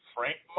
Frank